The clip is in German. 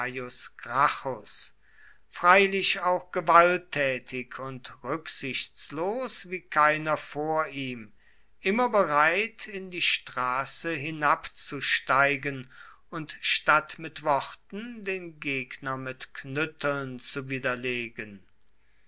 freilich auch gewalttätig und rücksichtslos wie keiner vor ihm immer bereit in die straße hinabzusteigen und statt mit worten den gegner mit knütteln zu widerlegen